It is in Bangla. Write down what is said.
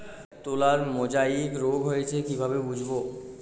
তুলার মোজাইক রোগ হয়েছে কিভাবে বুঝবো?